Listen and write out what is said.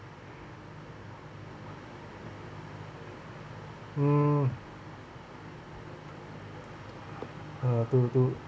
mm uh to to